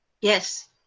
Yes